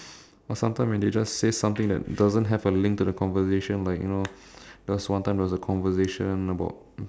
or sometime when they just say something that doesn't have a link to the conversation like you know there was one time there was a conversation about